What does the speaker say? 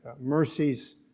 mercies